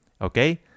Okay